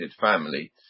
family